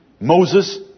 Moses